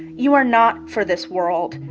you are not for this world.